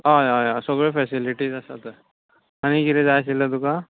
हय हय हय सगळ्यो फॅसिलिटीज आसा थंय आनी कितें जाय आशिल्लें तुका